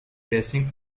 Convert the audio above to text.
racing